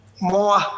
more